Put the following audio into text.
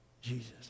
Jesus